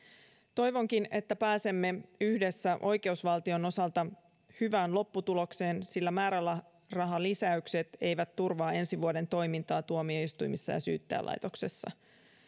toivonkin että pääsemme yhdessä oikeusvaltion osalta hyvään lopputulokseen sillä määrärahalisäykset eivät turvaa ensi vuoden toimintaa tuomioistuimissa ja syyttäjälaitoksessa